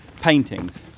paintings